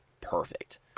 Perfect